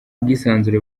bwisanzure